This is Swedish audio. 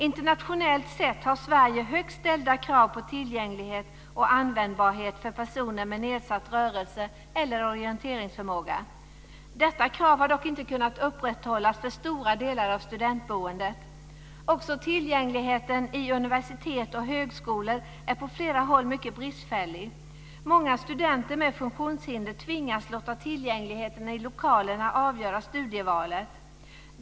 Internationellt sett har Sverige högt ställda krav på tillgänglighet och användbarhet för personer med nedsatt rörelse eller orienteringsförmåga. Detta krav har dock inte kunnat upprätthållas i stora delar av studentboendet. Också tillgängligheten i universitet och högskolor är på flera håll mycket bristfällig. Många studenter med funktionshinder tvingas låta tillgängligheten i lokalerna avgöra studievalet.